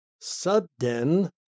sudden